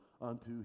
unto